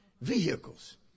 vehicles